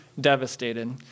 devastated